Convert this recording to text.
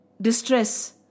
distress